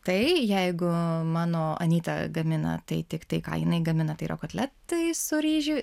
tai jeigu mano anyta gamina tai tiktai ką jinai gamina tai yra kotletai su ryžių